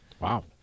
Wow